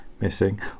missing